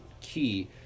key